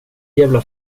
jävla